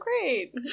great